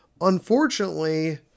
Unfortunately